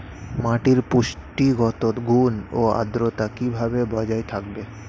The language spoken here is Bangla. মাটির পুষ্টিগত গুণ ও আদ্রতা কিভাবে বজায় থাকবে?